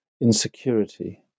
insecurity